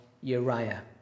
Uriah